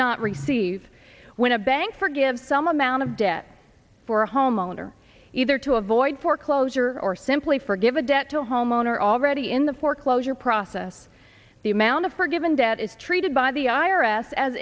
not receive when a bank forgive some amount of debt for a homeowner either to avoid foreclosure or simply forgive a debt to the homeowner already in the foreclosure process the amount of forgiven debt is treated by the i